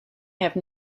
have